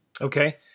Okay